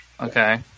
Okay